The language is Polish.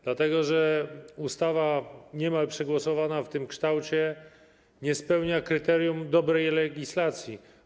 Dlatego że ustawa niemal przegłosowana w tym kształcie nie spełnia kryterium dobrej legislacji.